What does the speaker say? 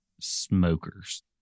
smokers